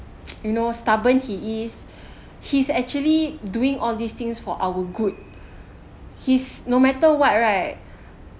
you know stubborn he is he's actually doing all these things for our good he's no matter what right